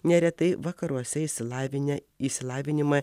neretai vakaruose išsilavinę išsilavinimą